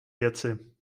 věci